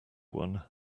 one